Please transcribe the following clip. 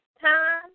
time